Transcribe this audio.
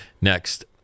Next